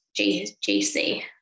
JC